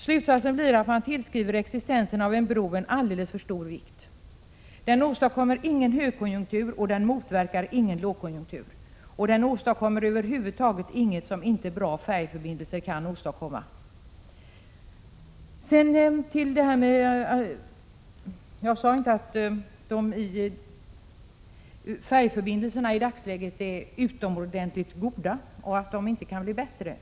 Slutsatsen blir att man tillskriver existensen av en bro alldeles för stor vikt. Den åstadkommer ingen högkonjunktur och motverkar ingen lågkonjunktur. Den åstadkommer över huvud taget inget som inte bra färjeförbindelser kan åstadkomma. Jag sade inte att färjeförbindelserna i dagsläget är utomordentligt goda och inte kan bli bättre.